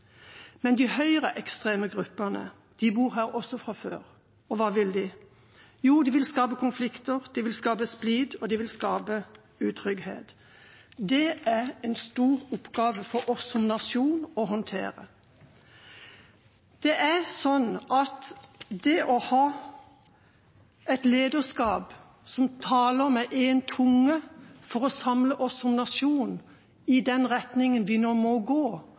Men de høyreekstreme gruppene bor her også fra før. Og hva vil de? Jo, de vil skape konflikter, de vil skape splid, og de vil skape utrygghet. Det er en stor oppgave for oss som nasjon å håndtere. Vi må ha et lederskap som taler med én tunge for å samle oss som nasjon i den retningen vi nå må gå,